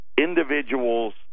Individuals